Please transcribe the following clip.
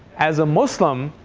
as a muslim,